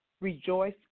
rejoice